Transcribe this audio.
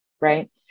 right